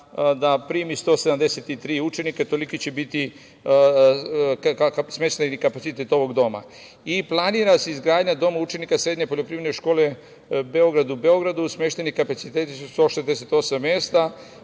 da primi 173 učenika. Toliki će biti smeštajni kapacitet ovog doma. Planira se i izgradnja doma učenika Srednje poljoprivredne škole “Beograd“ u Beogradu. Smeštajni kapaciteti su 168 mesta.